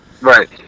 Right